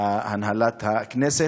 הנהלת הכנסת,